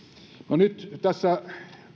no nyt tässä